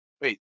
Wait